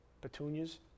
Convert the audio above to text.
petunias